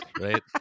right